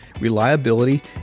reliability